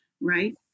right